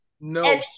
No